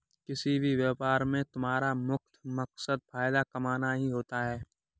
किसी भी व्यापार में तुम्हारा मुख्य मकसद फायदा कमाना ही होता है